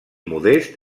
modest